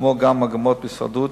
כמו גם מגמות ההישרדות,